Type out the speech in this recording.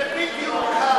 זה בדיוק, שמדברים עליה.